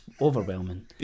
overwhelming